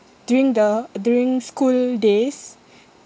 during the during school days